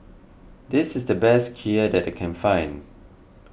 this is the best Kheer that I can find